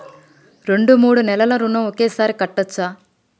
రెండు మూడు నెలల ఋణం ఒకేసారి కట్టచ్చా?